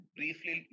briefly